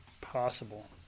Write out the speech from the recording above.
possible